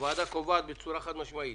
הוועדה קובעת בצורה חד-משמעית,